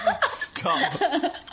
Stop